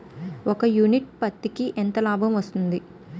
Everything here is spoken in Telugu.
ఒక యూనిట్ పత్తికి ఎంత లాభం వస్తుంది?